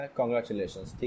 congratulations